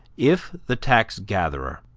if the tax-gatherer,